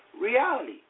reality